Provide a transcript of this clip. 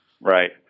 Right